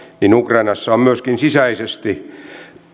ukrainassa on myöskin sisäisesti